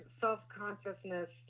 self-consciousness